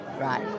right